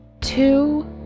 two